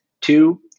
Two